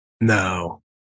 No